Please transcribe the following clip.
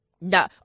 No